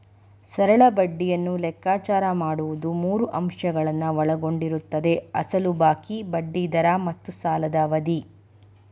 ಸರಳ ಬಡ್ಡಿಯನ್ನು ಲೆಕ್ಕಾಚಾರ ಮಾಡುವುದು ಮೂರು ಅಂಶಗಳನ್ನು ಒಳಗೊಂಡಿರುತ್ತದೆ ಅಸಲು ಬಾಕಿ, ಬಡ್ಡಿ ದರ ಮತ್ತು ಸಾಲದ ಅವಧಿ